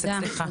סליחה.